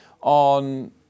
on